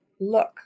look